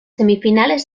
semifinales